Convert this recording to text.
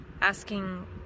asking